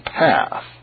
path